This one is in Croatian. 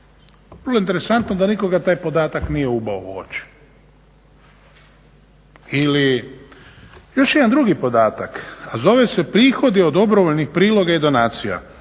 Vrlo je interesantno da nikoga taj podatak nije ubo u oči. Ili još jedan drugi podatak, a zove se prihodi od dobrovoljnih priloga i donacija.